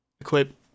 equip